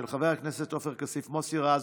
של חברי הכנסת עופר כסיף, מוסי רז